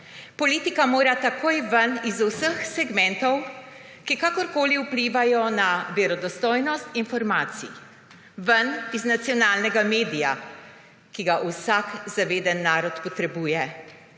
Politika mora takoj ven iz vseh segmentov, ki kakorkoli vplivajo na verodostojnost informacij, ven iz nacionalnega medija, ki ga vsak zaveden narod potrebuje.